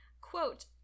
quote